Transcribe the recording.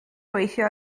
gweithio